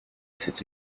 cette